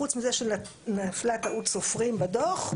חוץ מזה שנפלה טעות סופרים בדו"ח,